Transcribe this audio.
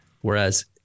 Whereas